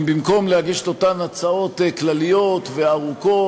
אם במקום להגיש את אותן הצעות כלליות וארוכות,